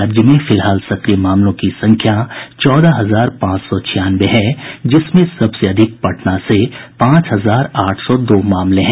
राज्य में फिलहाल सक्रिय मामलों की संख्या चौदह हजार पांच सौ छियानवे है जिसमें सबसे अधिक पटना से पांच हजार आठ सौ दो मामले हैं